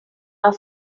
are